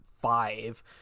five